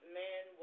man